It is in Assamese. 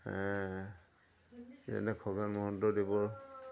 যেনে খগন মহন্তদেৱৰ